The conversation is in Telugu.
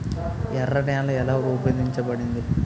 ఎర్ర నేల ఎలా రూపొందించబడింది?